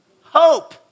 Hope